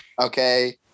Okay